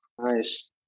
nice